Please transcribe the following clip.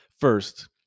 First